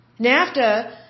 NAFTA